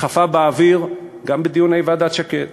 ריחפה באוויר גם בדיוני ועדת שקד.